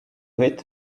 hit